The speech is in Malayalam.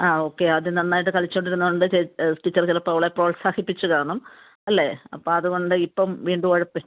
ആ ഓക്കെ അത് നന്നായിട്ട് കളിച്ചുകൊണ്ടിരുന്നതുകൊണ്ട് ടീച്ചറ് ചിലപ്പോൾ അവളെ പ്രോത്സാഹിപ്പിച്ചുകാണും അല്ലെ അപ്പോൾ അതുകൊണ്ട് ഇപ്പം വീണ്ടും ഉഴപ്പി